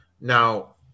Now